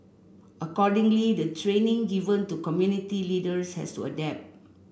accordingly the training given to community leaders has to adapt